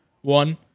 one